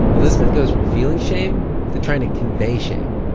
elizabeth goes from feeling shame to trying to convey shame,